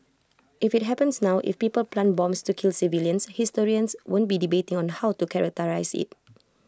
if IT happens now if people plant bombs to kill civilians historians won't be debating on how to characterise IT